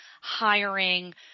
hiring